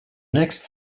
next